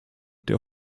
der